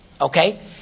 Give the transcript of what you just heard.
Okay